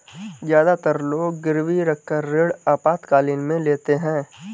ज्यादातर लोग गिरवी रखकर ऋण आपातकालीन में लेते है